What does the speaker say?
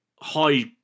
high